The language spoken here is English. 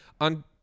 on